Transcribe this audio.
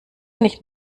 nicht